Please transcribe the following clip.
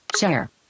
Share